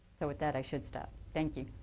so with that, i should stop. thank you.